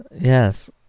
yes